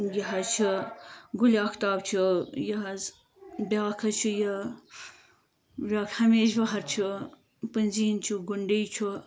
یہِ حظ چھُ گُلہِ آختاب چھُ یہِ حظ بیاکھ حظ چھُ یہِ بیاکھ ہَمیشہِ بہار چھُ پٔنزیٖن چھُ گُنڑی چھُ